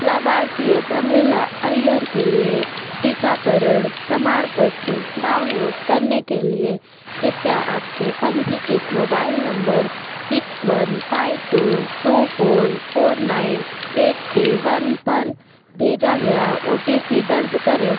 लाभार्थी प्रमिला अय्यर के लिए टीकाकरण प्रमाणपत्र डाउनलोड करने के लिए कृपया आपके पंजीकृत mobile number six one five two two four four nine eight three one पर भेजा गया ओ टी पी दर्ज करें